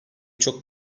çok